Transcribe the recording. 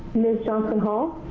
ms. johnson hall.